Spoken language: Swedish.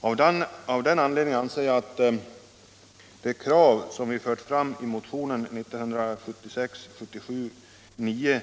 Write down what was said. Av den 16 december 1976 anledningen anser jag att det krav som vi fört fram i motionen 1976/77:9